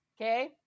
okay